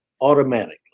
automatically